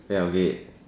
ya okay